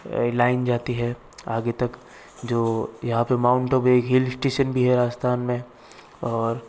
एक लाइन जाती है आगे तक जो यहाँ पर माउंट आबू एक हिल स्टेशन भी है राजस्थान में और